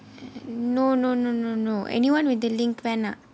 no no no no no anyone with the link வேனாம்:venaam